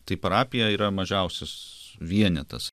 tai parapija yra mažiausias vienetas